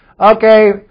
Okay